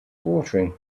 watering